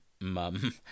mum